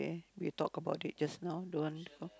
there we talk about it just now the one the